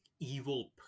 evil